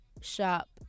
shop